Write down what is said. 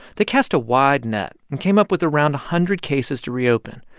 they cast a wide net and came up with around a hundred cases to reopen,